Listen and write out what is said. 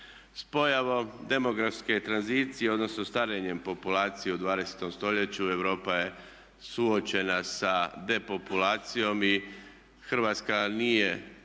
S pojavom demografske tranzicije, odnosno starenjem populacije u 20. stoljeću Europa je suočena sa depopulacijom i Hrvatska nije